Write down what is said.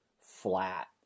flat